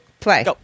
Play